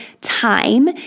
time